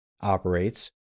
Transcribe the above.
operates